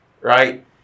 right